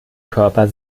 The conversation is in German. körper